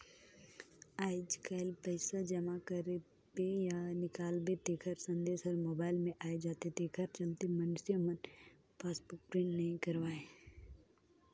आयज कायल पइसा जमा करबे या निकालबे तेखर संदेश हर मोबइल मे आये जाथे तेखर चलते मइनसे मन पासबुक प्रिंट नइ करवायें